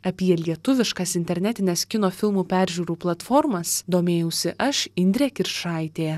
apie lietuviškas internetines kino filmų peržiūrų platformas domėjausi aš indrė kiršaitė